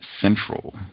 Central